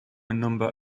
number